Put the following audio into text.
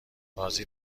بازی